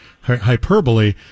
hyperbole